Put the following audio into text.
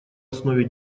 основе